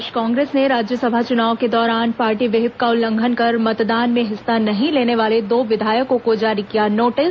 प्रदेश कांग्रेस ने राज्यसभा चुनाव के दौरान पार्टी व्हिप का उल्लंघन कर मतदान में हिस्सा नहीं लेने वाले दो विधायकों को जारी किया नोटिस